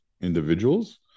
individuals